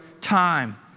time